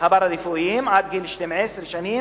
הפארה-רפואיים עד גיל 12 שנים,